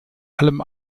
allem